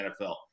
NFL